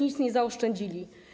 Nic nie zaoszczędzili.